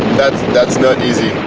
that's not easy.